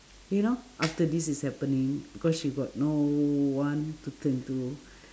you know after this is happening because she got no one to turn to